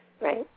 Right